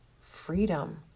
freedom